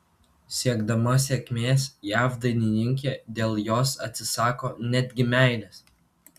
siekdama sėkmės jav dainininkė dėl jos atsisako netgi meilės